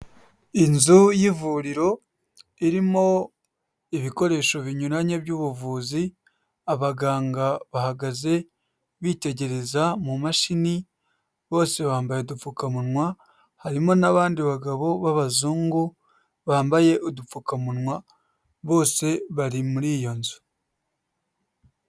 Inzu y'ivuriro irimo ibikoresho binyuranye by'ubuvuzi, abaganga bahagaze bitegereza mu mashini, bose bambaye udupfukamunwa, harimo n'abandi bagabo b'abazungu, bambaye udupfukamunwa bose bari muri iyo nzu.